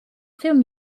film